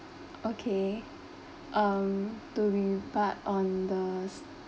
okay um to rebut on the s~